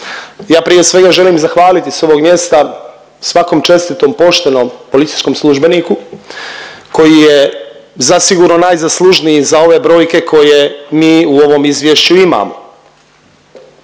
ja prije svega želim zahvaliti s ovog mjesta svakom čestitom poštenom policijskom službeniku koji je zasigurno najzaslužniji za ove brojke koje mi u ovom izvješću imamo.